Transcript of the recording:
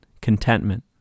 contentment